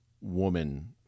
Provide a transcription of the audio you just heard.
woman